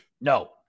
No